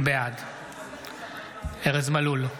בעד ארז מלול,